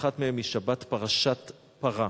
ואחת מהן היא שבת פרשת פרה.